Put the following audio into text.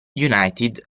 united